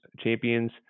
champions